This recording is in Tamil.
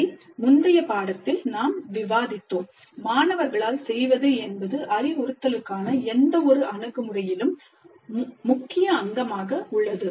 அதை முந்தைய பாடத்தில் நாம் விவாதித்தோம் "மாணவர்களால் செய்வது" என்பது அறிவுறுத்தலுக்கான எந்த ஒரு அணுகுமுறையிலும் முக்கிய அங்கமாக உள்ளது